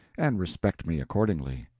and respect me accordingly.